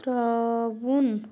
ترٛاوُن